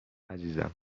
عزیزم